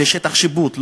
זה שטח השיפוט,